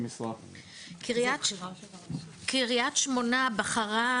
למה קריית שמונה מעסיקה רק בחצי משרה?